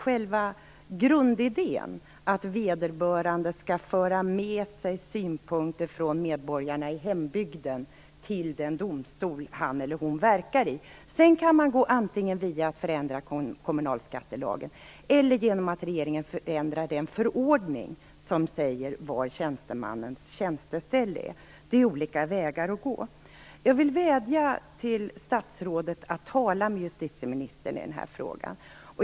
Själva grundidén är att vederbörande skall föra med sig synpunkter från medborgarna i hembygden till den domstol som han eller hon verkar vid. Antingen kan man förändra kommunalskattelagen, eller också kan regeringen förändra den förordning som avgör var tjänstemannens tjänsteställe är. Det är olika vägar att gå. Jag vill vädja till statsrådet att tala med justitieministern i den här frågan.